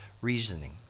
reasoning